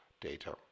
data